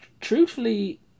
Truthfully